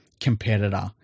competitor